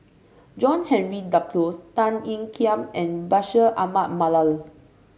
John Henry Duclos Tan Ean Kiam and Bashir Ahmad Mallal